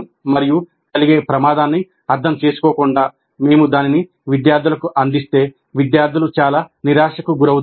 మరియు కలిగే ప్రమాదాన్ని అర్థం చేసుకోకుండా మేము దానిని విద్యార్థులకు అందిస్తే విద్యార్థులు చాలా నిరాశకు గురవుతారు